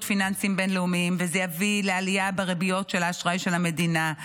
פיננסיים בינלאומיים וזה יביא לעליה בריביות של האשראי של המדינה.